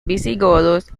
visigodos